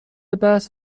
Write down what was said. بحث